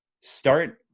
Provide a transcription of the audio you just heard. start